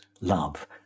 love